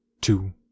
two